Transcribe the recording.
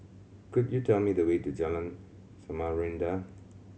could you tell me the way to Jalan Samarinda